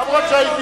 למרות,